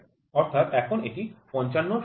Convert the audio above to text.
অর্থাৎ এখন এটি ৫৫ এর সমান